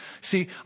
See